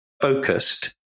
focused